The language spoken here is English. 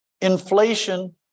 inflation